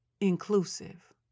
inclusive